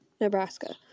Nebraska